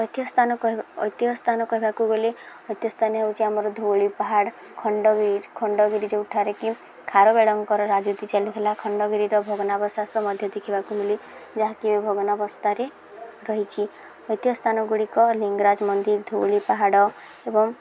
ଐତିହ ସ୍ଥାନ କହିବା ଐତିହ ସ୍ଥାନ କହିବାକୁ ଗଲେ ଐତିହ ସ୍ଥାନ ହେଉଛି ଆମର ଧଉଳି ପାହାଡ଼ ଖଣ୍ଡଗିରି ଖଣ୍ଡଗିରି ଯେଉଁଠାରେ କି ଖାରବେଳଙ୍କର ରାଜୁତି ଚାଲିଥିଲା ଖଣ୍ଡଗିରିର ଭଗ୍ନାବଶେଷ ମଧ୍ୟ ଦେଖିବାକୁ ମିଲେ ଯାହାକି ଏବଂ ଭଗ୍ନ ଅବସ୍ଥାରେ ରହିଛି ଐତିହ ସ୍ଥାନ ଗୁଡ଼ିକ ଲିଙ୍ଗରାଜ ମନ୍ଦିର ଧଉଳି ପାହାଡ଼ ଏବଂ